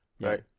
right